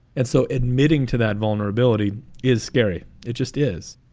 and so admitting to that vulnerability is scary. it just is.